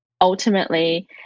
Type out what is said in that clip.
ultimately